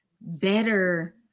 better